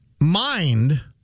mind